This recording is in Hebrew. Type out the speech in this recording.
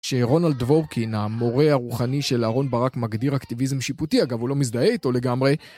שרונלד דוורקין המורה הרוחני של אהרון ברק מגדיר אקטיביזם שיפוטי אגב הוא לא מזדהה איתו לגמרי